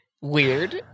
weird